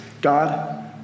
God